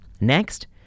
Next